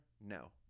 no